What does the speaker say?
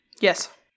yes